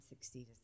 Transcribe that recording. succeed